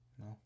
No